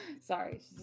sorry